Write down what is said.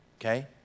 Okay